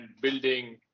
building